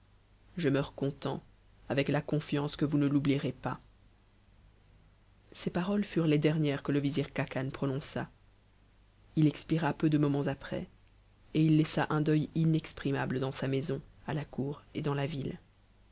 je meurs content tpc la confiance que vous ne l'oublier ez pas n ces paroles furent les dernières que le vizir khacan prononça h expira pcn de moments après et il laissa un deuil inexprituabte dans sa maison ta cour et dans la ville